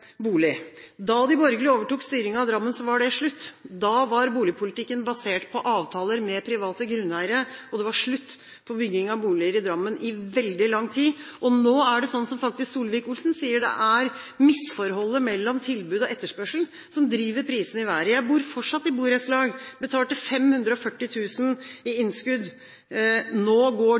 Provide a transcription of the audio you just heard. Da de borgerlige overtok styringen av Drammen, var det slutt. Da var boligpolitikken basert på avtaler med private grunneiere, og det var slutt på bygging av boliger i Drammen i veldig lang tid. Nå er det sånn, som representanten Solvik-Olsen faktisk sier, at det er misforholdet mellom tilbud og etterspørsel som driver prisene i været. Jeg bor fortsatt i borettslag – jeg betalte 540 000 kr i innskudd. Nå går